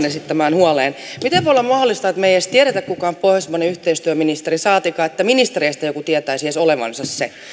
esittämään huoleen miten voi olla mahdollista että me emme edes tiedä kuka on pohjoismainen yhteistyöministeri saatikka että joku ministereistä ei edes tiedä olevansa se